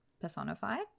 personified